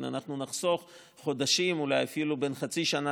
אנחנו נחסוך חודשים ואולי אפילו בין חצי שנה